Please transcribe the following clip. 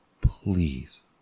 please